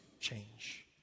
change